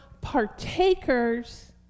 partakers